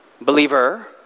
Believer